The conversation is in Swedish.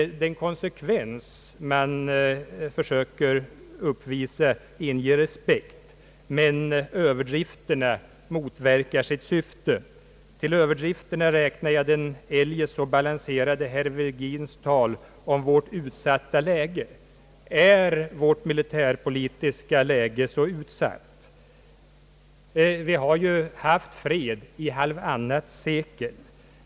Den konsekvens man försöker uppvisa inger respekt, men överdrifterna motverkar syftet. Till överdrifterna räknar jag den eljest så balanserade herr Virgins tal om vårt utsatta läge. Är vårt militärpolitiska läge så utsatt? Vi har haft fred i halvtannat sekel.